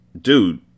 dude